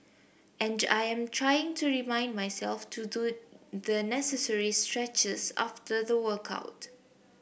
and I am trying to remind myself to do the necessary stretches after the workout